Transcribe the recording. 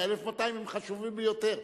ה-1,200 הם חשובים ביותר,